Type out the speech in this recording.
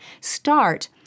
Start